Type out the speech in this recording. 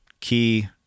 key